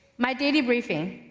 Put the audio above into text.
my daily briefing.